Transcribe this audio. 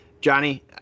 Johnny